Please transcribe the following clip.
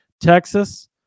Texas